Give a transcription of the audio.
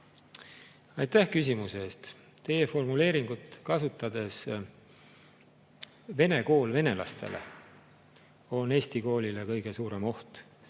Aitäh küsimuse eest! Teie formuleeringut kasutades: vene kool venelastele on eesti koolile kõige suurem oht